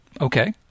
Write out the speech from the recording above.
okay